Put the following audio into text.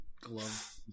glove